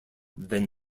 than